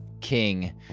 king